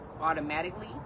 automatically